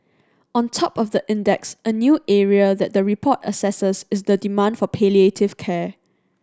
on top of the index a new area that the report assesses is the demand for palliative care